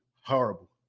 horrible